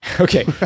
Okay